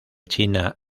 china